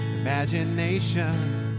Imagination